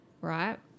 right